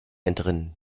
entrinnen